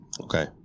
Okay